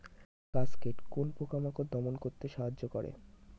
Cascade কোন পোকা মাকড় দমন করতে সাহায্য করে?